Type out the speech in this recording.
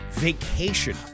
vacation